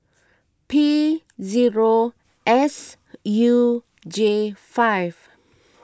P zero S U J five